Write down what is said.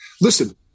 listen